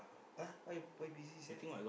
!wah! why you why busy sia